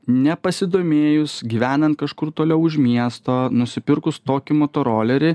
nepasidomėjus gyvenant kažkur toliau už miesto nusipirkus tokį motorolerį